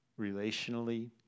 relationally